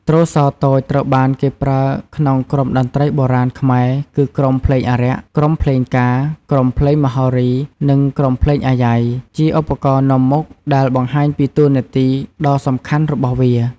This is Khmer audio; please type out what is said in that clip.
ទ្រសោតូច ត្រូវបានគេប្រើក្នុងក្រុមតន្ត្រីបុរាណខ្មែរគឺ ក្រុមភ្លេងអារក្ស ក្រុមភ្លេងការ ក្រុមភ្លេងមហោរី និងក្រុមភ្លេងអាយ៉ៃ ជាឧបករណ៍នាំមុខ ដែលបង្ហាញពីតួនាទីដ៏សំខាន់របស់វា។